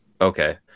Okay